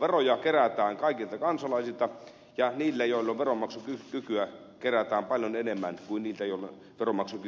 veroja kerätään kaikilta kansalaisilta ja niiltä joilla on veronmaksukykyä kerätään paljon enemmän kuin niiltä joilla veronmaksukykyä on vähän